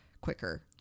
quicker